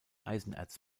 eisenerz